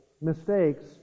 mistakes